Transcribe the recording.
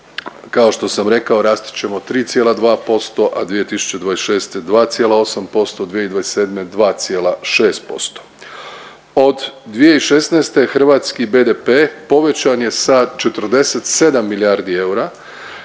kao što sam rekao rasti ćemo 3,2%, a 2026. 2,8%, 2027. 2,6%. Od 2016. hrvatski BDP povećan je sa 47 milijardi eura